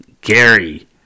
Gary